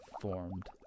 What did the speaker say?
formed